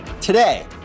today